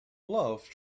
love